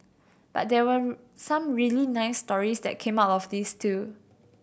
but there were some really nice stories that came out of this too